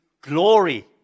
glory